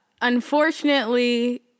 unfortunately